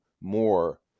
more